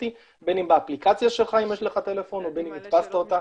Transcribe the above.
בין אם באפליקציה שלך אם יש לך טלפון ובין אם הדפסת אותה,